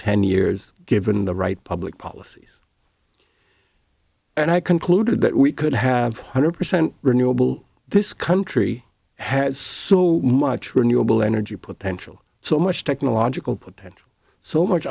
ten years given the right public policies and i concluded that we could have hundred percent renewable this country has so much renewable energy potential so much technological potential so